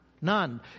None